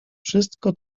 wszystko